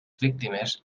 víctimes